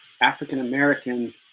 african-american